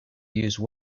use